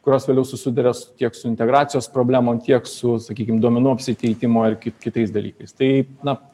kurios vėliau susiduria su tiek su integracijos problemom tiek su sakykim duomenų apsikeitimo ir ki kitais dalykais tai na